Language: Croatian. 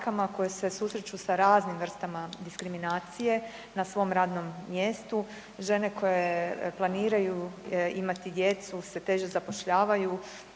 koje se susreću sa raznim vrstama diskriminacije na svom radnom mjestu. Žene koje planiraju imati djecu se teže zapošljavaju.